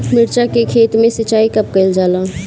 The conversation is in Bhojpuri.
मिर्चा के खेत में सिचाई कब कइल जाला?